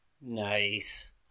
Nice